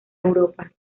europa